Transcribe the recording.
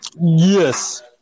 Yes